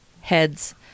heads